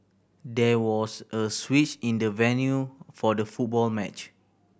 there was a switch in the venue for the football match